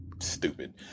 stupid